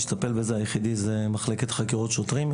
היחידי שמטפל בזה היא מחלקת חקירות שוטרים.